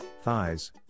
thighs